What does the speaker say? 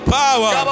power